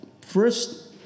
first